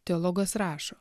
teologas rašo